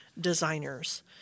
designers